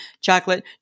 chocolate